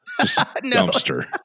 Dumpster